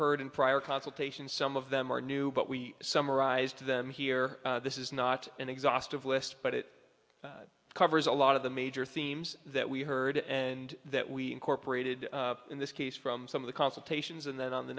heard in prior consultation some of them are new but we summarized them here this is not an exhaustive list but it covers a lot of the major themes that we heard and that we incorporated in this case from some of the consultations and then on the